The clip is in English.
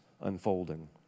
unfolding